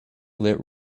lit